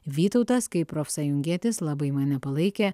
vytautas kaip profsąjungietis labai mane palaikė